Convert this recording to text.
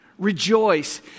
Rejoice